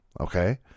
okay